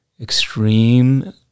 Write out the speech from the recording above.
extreme